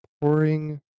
pouring